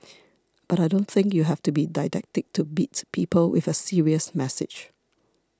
but I don't think you have to be didactic to beat people with a serious message